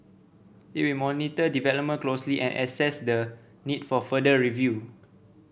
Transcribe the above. it will monitor development closely and assess the need for further review